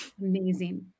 Amazing